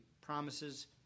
promises